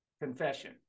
Confession